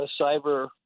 cyber